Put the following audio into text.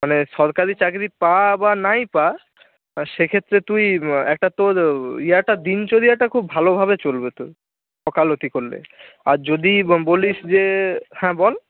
মানে সরকারি চাকরি পা বা নাই পা সেক্ষেত্রে তুই একটা তোর ইয়েটা দিন যাওয়াটা খুব ভালোভাবে চলবে তোর ওকালতি করলে আর যদি বলিস যে হ্যাঁ বল